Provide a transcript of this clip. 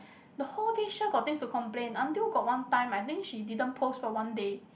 the whole day sure got things to complain until got one time I think she didn't post for one day